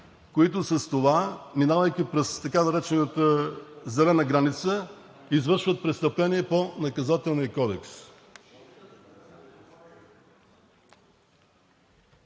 които с това, минавайки през така наречената зелена граница, извършват престъпление по Наказателния кодекс.